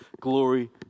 glory